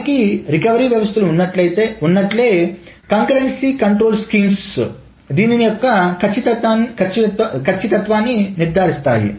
మనకి రికవరీ వ్యవస్థలు ఉన్నట్లే కంకరెన్సీ కంట్రోల్ స్కీమ్స్ దీని యొక్క కచ్చితత్వాన్ని నిర్ధారిస్తాయి